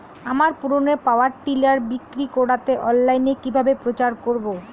আমার পুরনো power tiller বিক্রি করাতে অনলাইনে কিভাবে প্রচার করব?